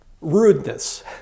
Rudeness